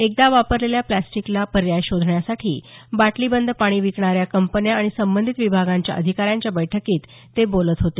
एकदा वापरलेल्या फ्लॅस्टीकला पर्याय शोधण्यासाठी बाटली बंद पाणी विकणाऱ्या कंपन्या आणि संबंधित विभागांच्या अधिकाऱ्यांच्या बैठकीत ते बोलत होते